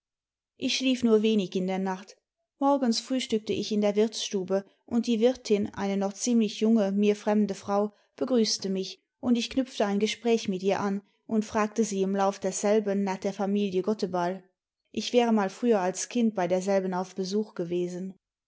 ich schlief nur wenig in der nacht morgens frühstückte ich in der wirtsstube und die wirtin eine noch ziemlich junge mir fremde frau begrüßte mich und ich knüpfte ein gespräch mit ihr an und fragte sie im lauf desselben nach der familie gotteball ich wäre mal früher als kind bei derselben auf besuch gewesen